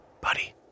buddy